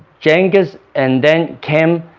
genghis and then came